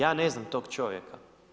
Ja ne znam tog čovjeka.